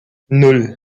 nan